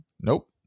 Nope